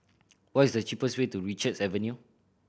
what is the cheapest way to Richards Avenue